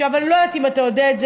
אני לא יודעת אם אתה יודע את זה,